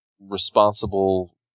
responsible